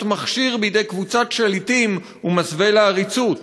מכשיר בידי קבוצת שליטים ומסווה לעריצות",